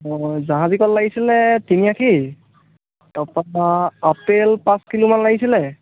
জাহাজী কল লাগিছিলে তিনি আখি তাৰপৰা আপেল পাঁচ কিলো মান লাগিছিলে